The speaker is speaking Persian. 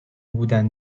بودن